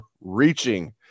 reaching